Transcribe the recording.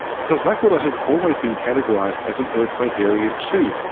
because l'aquila has always been categorised as an earthquake area two,